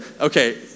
Okay